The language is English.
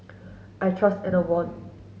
I trust Enervon